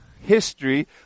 history